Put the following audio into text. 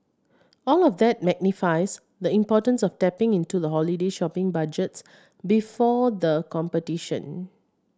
all of that magnifies the importance of tapping into the holiday shopping budgets before the competition